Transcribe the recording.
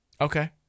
Okay